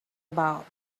about